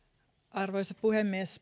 arvoisa puhemies